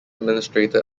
administrator